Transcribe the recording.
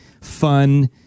fun